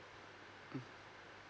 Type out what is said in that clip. mm